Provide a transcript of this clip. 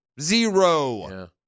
Zero